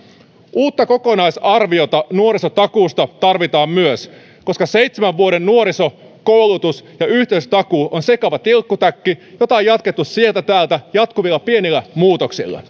uutta kokonaisarviota nuorisotakuusta tarvitaan koska seitsemän vuoden jälkeen nuoriso koulutus ja yhteisötakuu on sekava tilkkutäkki jota on jatkettu sieltä täältä jatkuvilla pienillä muutoksilla